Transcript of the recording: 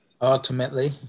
ultimately